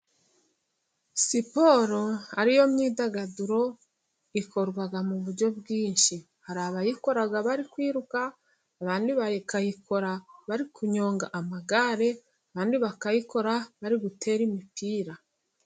Siporo ariyo myidagaduro， ikorwa mu buryo bwinshi. Hari abayikora bari kwiruka，abandi bakayikora bari kunyonga amagare， abandi bakayikora bari gutera imipira.